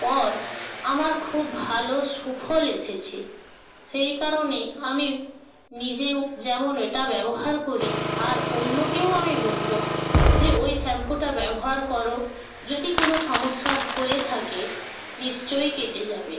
পর আমার খুব ভালো সুফল এসেছে সেই কারণে আমি নিজেও যেমন এটা ব্যবহার করি আর অন্যকেও আমি বলব যে ওই শ্যাম্পুটা ব্যবহার করো যদি কোনো সমস্যা হয়ে থাকে নিশ্চয়ই কেটে যাবে